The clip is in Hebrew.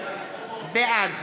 בעד